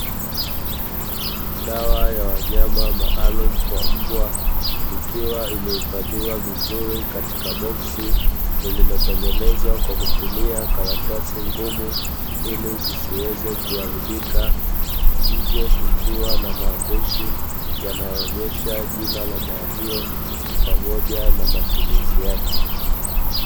Dawa ya wanyama maalumu kwa mbwa ikiwa imehifadhiwa vizuri katika boksi liliotengenezwa kwa kutumia karatasi ngumu ili zisiweze kuharibika. Nje kukiwa na maandishi yanayoonyesha jina la dawa hiyo pamoja na matumizi yake.